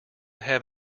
have